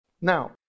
Now